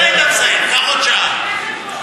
קח עוד שעה.